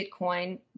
Bitcoin